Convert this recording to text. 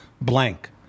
blank